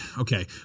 Okay